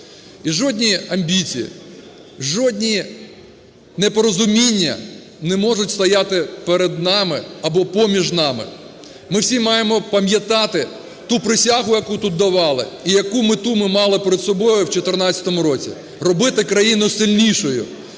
І жодні амбіції, жодні непорозуміння не можуть стояти перед нами або поміж нами, ми всі маємо пам'ятати ту присягу, яку тут давали і, яку мету ми мали перед собою в 14-му році – робити країну сильнішою,